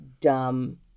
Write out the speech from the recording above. dumb